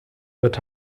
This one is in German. wird